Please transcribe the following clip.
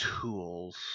Tools